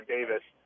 Davis